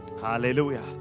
Hallelujah